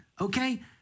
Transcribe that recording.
okay